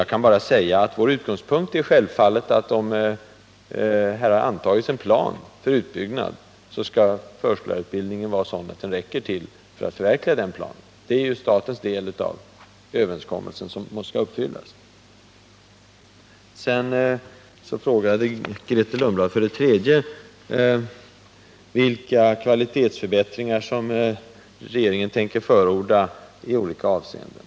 Jag kan bara säga att vår utgångspunkt självfallet är att eftersom det har antagits en plan för utbyggnad av barnomsorgen, skall förskollärarutbildningen vara sådan att den räcker för att förverkliga den planen. Det hör till statens del av överenskommelsen. Vidare frågade Grethe Lundblad vilka kvalitetsförbättringar regeringen tänker förorda i olika avseenden.